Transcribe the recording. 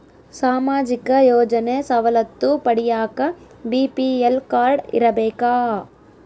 ಸಾಮಾಜಿಕ ಯೋಜನೆ ಸವಲತ್ತು ಪಡಿಯಾಕ ಬಿ.ಪಿ.ಎಲ್ ಕಾಡ್೯ ಇರಬೇಕಾ?